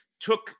took